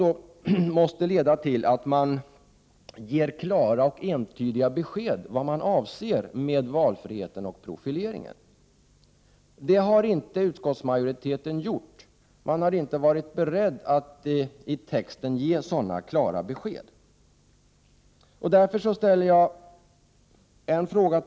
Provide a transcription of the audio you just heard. Detta måste leda till att det ges klara och entydiga besked om vad som avses med valfriheten och profileringen. Utskottsmajoriteten har dock inte varit beredd att i texten ge sådana klara besked.